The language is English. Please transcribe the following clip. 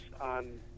on